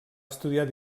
estudiar